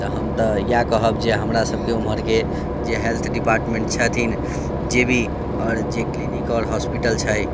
तऽ हम तऽ इएह कहब जे हमरासभके ओम्हरके जे हेल्थ डिपार्टमेन्ट छथिन जे भी आओर जे क्लिनिक आओर हॉस्पिटल छै